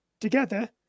Together